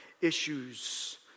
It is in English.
issues